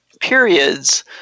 periods